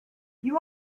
you